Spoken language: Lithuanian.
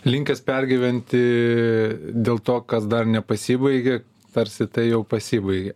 linkęs pergyventi dėl to kas dar nepasibaigė tarsi tai jau pasibaigė